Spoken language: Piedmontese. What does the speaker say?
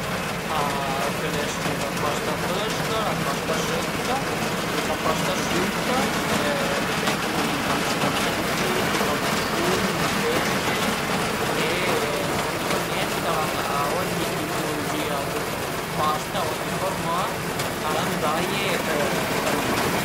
A pöl esie la pasta frësca, la pasta sëcca, la pasta süita ad ezempi i spaghetti, i tirabusun, le penne e praticament al an a ogni tipulugìa dë pasta, a ogni formà a i an daie un nom